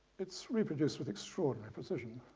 it's reproduced with extraordinary precision.